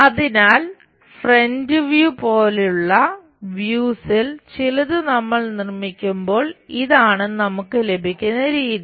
അതിനാൽ front view ചിലതു നമ്മൾ നിർമ്മിക്കുമ്പോൾ ഇതാണ് നമുക്ക് ലഭിക്കുന്ന രീതി